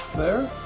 there.